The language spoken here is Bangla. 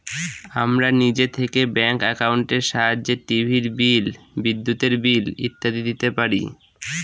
আমরা নিজে থেকে ব্যাঙ্ক একাউন্টের সাহায্যে টিভির বিল, বিদ্যুতের বিল ইত্যাদি দিতে পারি